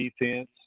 defense